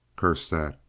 curse that!